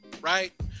right